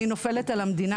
אני נופלת על המדינה.